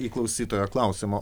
į klausytojo klausimą